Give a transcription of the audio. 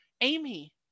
Amy